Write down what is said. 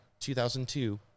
2002